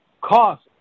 cost